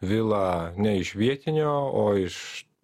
vilą ne iš vietinio o iš